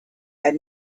had